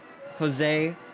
Jose